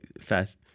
Fast